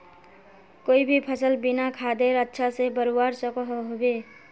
कोई भी सफल बिना खादेर अच्छा से बढ़वार सकोहो होबे?